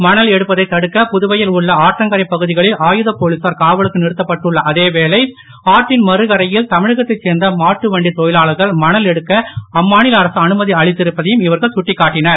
மணல் எடுப்பதைத் தடுக்க புதுவையில் உள்ள ஆற்றங்கரைப் பகுதிகளில் ஆயுதப் போலீசார் காவலுக்கு நிறுத்தப்பட்டுள்ள அதே வேளை ஆற்றின் மறுகரையில் தமிழகத்தைச் சேர்ந்த மாட்டு வண்டித் தொழிலாளர்கள் மணல் எடுக்க அம்மாநில அரசு அனுமதி அளித்திருப்பதையும் இவர்கள் சுட்டிக்காட்டினர்